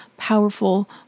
powerful